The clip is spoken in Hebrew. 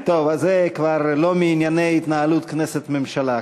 טוב, זה כבר לא מענייני התנהלות כנסת ממשלה.